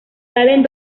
salen